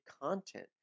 content